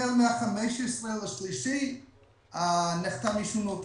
החל מה-15.3 נחתם אישור ניהול תקין.